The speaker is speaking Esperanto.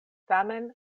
tamen